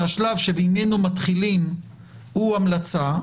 שהשלב שבעינינו מתחילים הוא המלצה,